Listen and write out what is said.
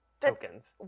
tokens